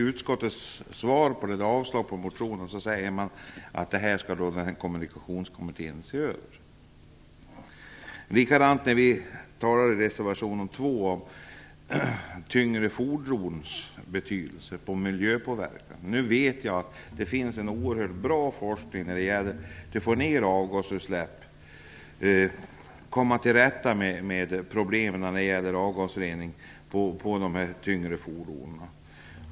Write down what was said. Utskottet avstyrker motionen och säger att Kommunikationskommittén skall se över detta. Likadant är det med reservation 2 om tyngre fordons betydelse för miljöpåverkan. Nu vet jag att det finns en oerhört bra forskning om att få ner avgasutsläpp och komma till rätta med problemen när det gäller avgasrening på de tyngre fordonen.